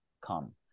come